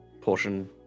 portion